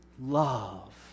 love